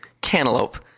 Cantaloupe